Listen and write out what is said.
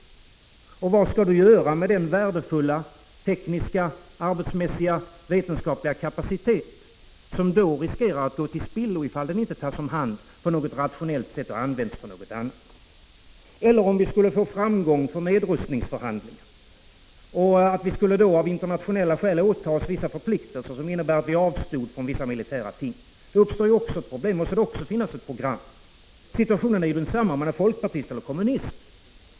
Vad skall vi göra med den värdefulla tekniska, arbetsmässiga och vetenskapliga kapacitet som då riskerar att gå till spillo, ifall den inte tas om hand på något rationellt sätt och används för något annat? Eller om nedrustningsförhandlingarna skulle bli framgångsrika och vi av internationella skäl skulle åta oss förpliktelser som innebär att vi avstår från vissa militära ting? Då måste det också finnas ett program. Situationen är ju densamma om man är folkpartist eller kommunist.